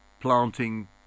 planting